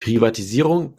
privatisierung